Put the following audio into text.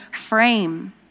frame